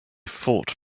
fought